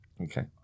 Okay